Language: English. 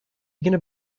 you